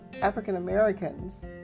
African-Americans